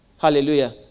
Hallelujah